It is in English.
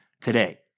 today